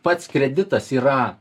pats kreditas yra